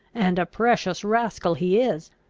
and a precious rascal he is!